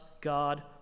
God